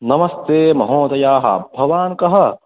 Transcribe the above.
नमस्ते महोदयाः भवान् कः